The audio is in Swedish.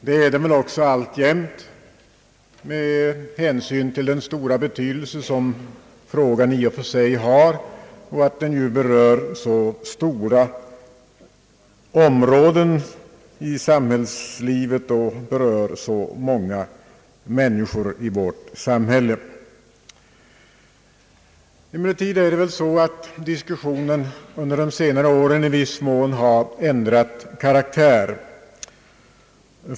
Det är den också alltjämt med hänsyn till den stora betydelse som frågan i och för sig har och att den nu berör så stora områden i samhällslivet och så många människor. Emellertid har diskussionen under senare år i viss mån ändrat karaktär.